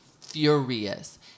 furious